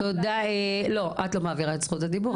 תודה רבה לך.